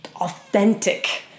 authentic